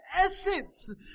essence